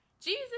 Jesus